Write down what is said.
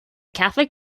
catholic